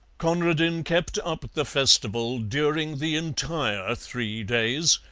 conradin kept up the festival during the entire three days,